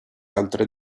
altre